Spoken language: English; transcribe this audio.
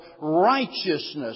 righteousness